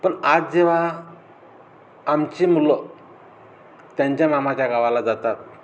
पण आज जेव्हा आमची मुलं त्यांच्या मामाच्या गावाला जातात